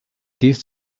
this